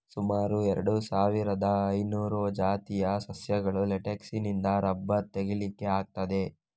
ಸುಮಾರು ಎರಡು ಸಾವಿರದ ಐನೂರು ಜಾತಿಯ ಸಸ್ಯಗಳ ಲೇಟೆಕ್ಸಿನಿಂದ ರಬ್ಬರ್ ತೆಗೀಲಿಕ್ಕೆ ಆಗ್ತದೆ